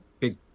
big